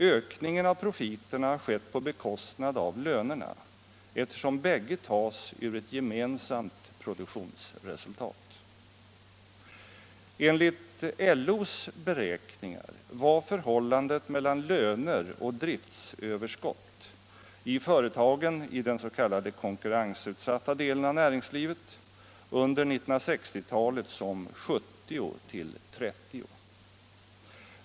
Ökningen av profiterna har skett på bekostnad av lönerna, eftersom bägge tas ur ett gemensamt produktionsresultat. Enligt LO:s beräkningar var förhållandet mellan löner och driftöverskott i företagen i den s.k. konkurrensutsatta delen av näringslivet under 1960-talet som 70 till 30.